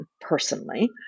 personally